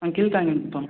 Keezhthangkuppam